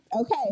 okay